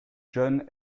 john